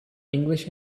english